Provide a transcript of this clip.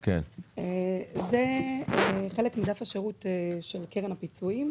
זה חלק מדף השירות של קרן הפיצויים,